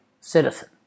citizen